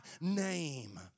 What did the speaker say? name